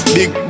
Big